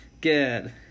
good